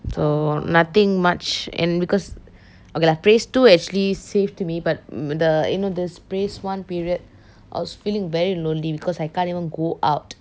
so nothing much and because okay lah phase two actually saved me but the you know this phase one period I was feeling very lonely because I can't even go out